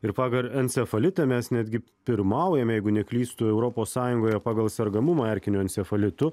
ir pagal encefalitą mes netgi pirmaujame jeigu neklystu europos sąjungoje pagal sergamumą erkiniu encefalitu